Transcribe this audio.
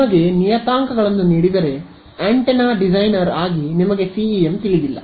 ನಿಮಗೆ ನಿಯತಾಂಕಗಳನ್ನು ನೀಡಿದರೆ ಆಂಟೆನಾ ಡಿಸೈನರ್ ಆಗಿ ನಿಮಗೆ ಸಿಇಎಂ ತಿಳಿದಿಲ್ಲ